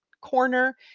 corner